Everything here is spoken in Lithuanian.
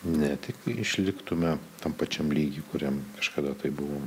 ne tik išliktume tam pačiam lygy kuriam kažkada taip buvom